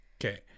Okay